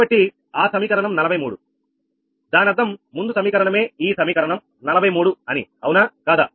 కాబట్టి ఆ సమీకరణం 43 దానర్థం ముందు సమీకరణమే ఈ సమీకరణం 43 అని అవునా కాదా